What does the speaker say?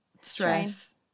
stress